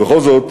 ובכל זאת,